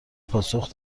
پاسخ